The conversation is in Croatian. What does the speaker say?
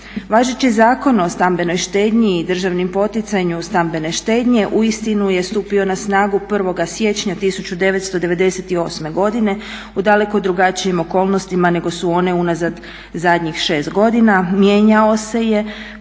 Važeći Zakon o stambenoj štednji i državnom poticanju stambene štednje uistinu je stupio na snagu 1. siječnja 1998. godine u daleko drugačijim okolnostima nego su one unazad zadnjih 6 godina. Mijenjao se